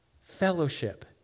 fellowship